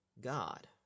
God